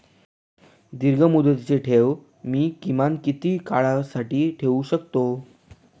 दीर्घमुदतीचे ठेव मी किमान किती काळासाठी ठेवू शकतो?